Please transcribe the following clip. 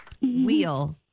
Wheel